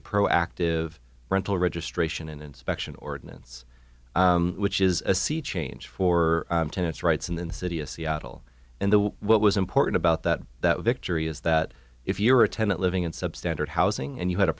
pro active rental registration and inspection ordinance which is a sea change for tenants rights in the city of seattle and what was important about that that victory is that if you're a tenant living in substandard housing and you had a